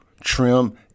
trim